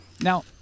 Now